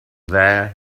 there